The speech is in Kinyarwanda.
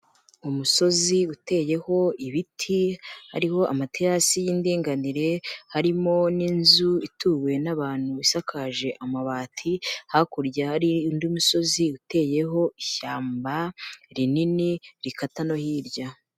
Umusozi uteyeho ibiti hariho amaterasi y'indinganire, harimo n'inzu ituwe n'abantu isakaje amabati, hakurya hari undi musozi uteyeho ishyamba rinini rikata no hirya.